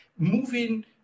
moving